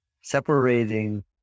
separating